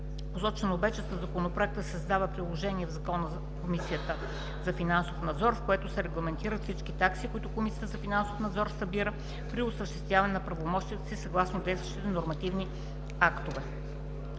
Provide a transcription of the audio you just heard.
Посочено бе, че със законопроекта се създава приложение в Закона за Комисията за финансов надзор, в което се регламентират всички такси, които Комисията за финансов надзор събира при осъществяване на правомощията си съгласно действащите нормативни актове.